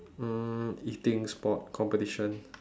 um eating sport competition